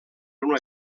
una